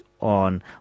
on